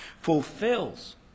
fulfills